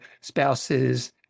spouses